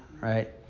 right